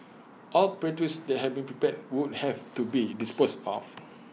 all pastries that have been prepared would have to be disposed of